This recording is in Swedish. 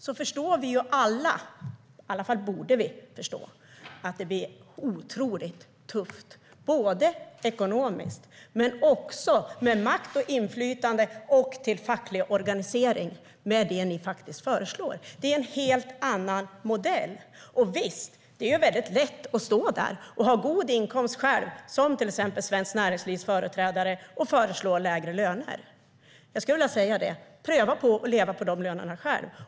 Då förstår vi alla - i alla fall borde vi göra det - att det blir otroligt tufft ekonomiskt, men också i fråga om makt och inflytande och facklig organisering, med det ni föreslår. Det är en helt annan modell. Det är väldigt lätt att stå där och själv ha god inkomst, som Svenskt Näringslivs företrädare, och föreslå lägre löner. Jag skulle vilja säga: Pröva på att leva på de lönerna själv!